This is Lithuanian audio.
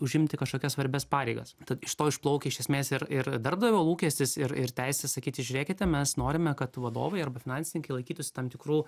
užimti kažkokią svarbias pareigas tad iš to išplaukia iš esmės ir ir darbdavio lūkestis ir ir teisė sakyti žiūrėkite mes norime kad vadovai arba finansininkai laikytųsi tam tikrų